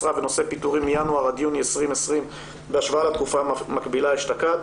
משרה ונושא פיטורים מינואר עד יוני 2020 בהשוואה לתקופה המקבילה אשתקד,